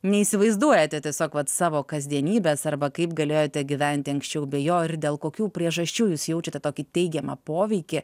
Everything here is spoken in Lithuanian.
neįsivaizduojate tiesiog vat savo kasdienybės arba kaip galėjote gyventi anksčiau be jo ir dėl kokių priežasčių jūs jaučiate tokį teigiamą poveikį